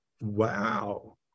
Wow